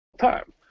time